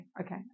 okay